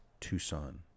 Tucson